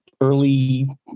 Early